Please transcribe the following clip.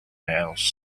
else